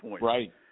Right